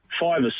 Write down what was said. five